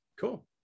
Cool